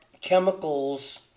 chemicals